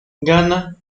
ghana